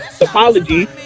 apology